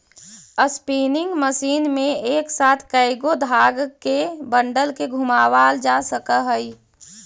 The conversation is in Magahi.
स्पीनिंग मशीन में एक साथ कएगो धाग के बंडल के घुमावाल जा सकऽ हई